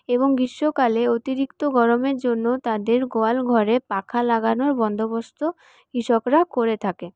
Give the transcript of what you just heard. এবং গ্রীষ্মকালে অতিরিক্ত গরমের জন্য তাদের গোয়ালঘরে পাখা লাগানোর বন্দোবস্ত কৃষকরা করে থাকে